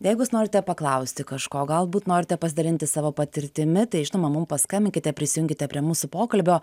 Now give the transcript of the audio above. jeigu jūs norite paklausti kažko galbūt norite pasidalinti savo patirtimi tai žinoma mum paskambinkite prisijunkite prie mūsų pokalbio